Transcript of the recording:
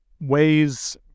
ways